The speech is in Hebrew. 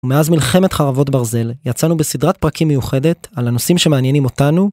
ומאז מלחמת חרבות ברזל יצאנו בסדרת פרקים מיוחדת על הנושאים שמעניינים אותנו.